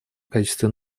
качестве